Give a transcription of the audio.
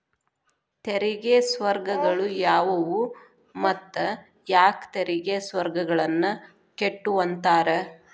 ತೆರಿಗೆ ಸ್ವರ್ಗಗಳು ಯಾವುವು ಮತ್ತ ಯಾಕ್ ತೆರಿಗೆ ಸ್ವರ್ಗಗಳನ್ನ ಕೆಟ್ಟುವಂತಾರ